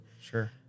Sure